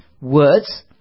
words